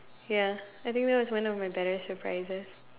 ya I think that was one of my better surprises